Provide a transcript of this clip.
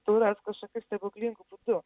turas kažkokiu stebuklingu būdu